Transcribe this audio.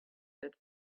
that